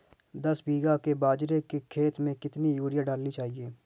दस बीघा के बाजरे के खेत में कितनी यूरिया डालनी चाहिए?